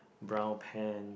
brown pant